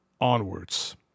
onwards